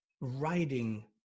writing